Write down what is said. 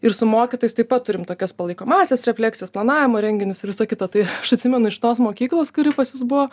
ir su mokytojais taip pat turim tokias palaikomąsias refleksijas planavimo renginius ir visa kita tai aš atsimenu iš tos mokyklos kuri pas jus buvo